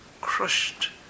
crushed